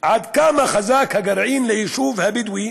עד כמה חזק הגרעין של היישוב הבדואי,